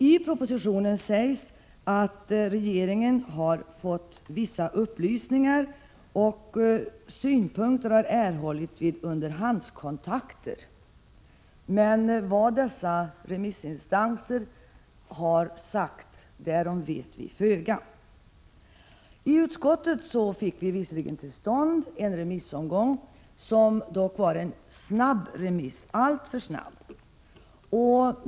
I propositionen sägs att regeringen har erhållit vissa upplysningar och synpunkter vid underhandskontakter med remissinstanserna. Men vad dessa remissinstanser har sagt, därom vet vi föga. I utskottet fick vi visserligen till stånd en remissomgång, som dock var alltför snabb.